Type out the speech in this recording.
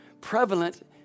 prevalent